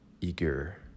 eager